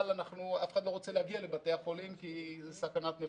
שאף אחד לא רוצה להגיע לבתי החולים כי זו סכנת נפשות.